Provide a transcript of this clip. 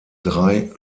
drei